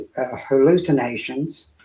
hallucinations